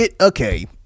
Okay